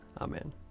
Amen